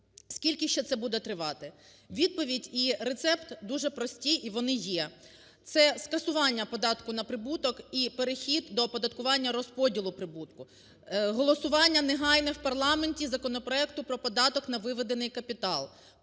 скільки ще це буде тривати? Відповідь і рецепт дуже прості, і вони є – це скасування податку на прибуток і перехід до оподаткування розподілу прибутку, голосування негайне в парламенті законопроекту про податок на виведений капітал.